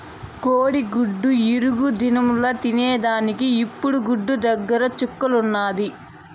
కోడిగుడ్డు ఇగురు దినంల తినేదానికి ఇప్పుడు గుడ్డు దర చుక్కల్లున్నాది